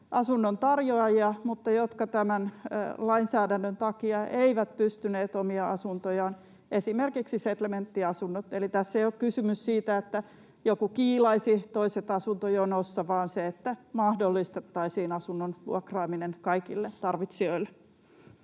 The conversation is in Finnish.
asunnon tarjoajia, jotka eivät tämän lainsäädännön takia pystyneet omia asuntojaan tarjoamaan, esimerkiksi Setlementtiasunnot. Eli tässä ei ole kysymys siitä, että joku kiilaisi toiset asuntojonossa, vaan siitä, että mahdollistettaisiin asunnon vuokraaminen kaikille tarvitsijoille.